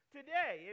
today